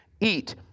eat